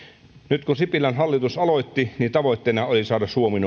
nyt kun sipilän hallitus aloitti tavoitteena oli saada suomi